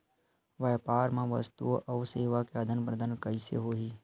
व्यापार मा वस्तुओ अउ सेवा के आदान प्रदान कइसे होही?